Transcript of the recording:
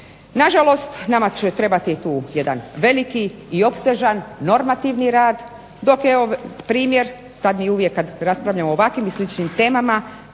Na žalost, nama će trebati tu jedan veliki i opsežan normativni rad, dok evo primjer kad mi uvijek kad raspravljamo o ovakvim i sličnim temama